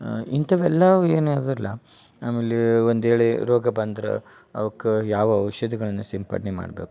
ಇಂಥವೆಲ್ಲವು ಏನು ಅದಲ್ಲ ಆಮೇಲೆ ಒಂದು ವೇಳೆ ರೋಗ ಬಂದ್ರ ಅವ್ಕ ಯಾವ ಔಷಧಿಗಳನ್ನ ಸಿಂಪ್ಪಡಣೆ ಮಾಡಬೇಕು